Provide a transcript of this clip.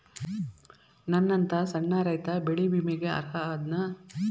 ನನ್ನಂತ ಸಣ್ಣ ರೈತಾ ಬೆಳಿ ವಿಮೆಗೆ ಅರ್ಹ ಅದನಾ?